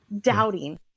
doubting